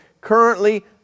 currently